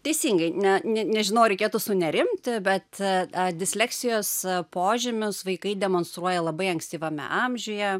teisingai ne ne nežinau ar reikėtų sunerimti bet disleksijos požymius vaikai demonstruoja labai ankstyvame amžiuje